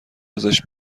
ازش